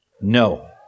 No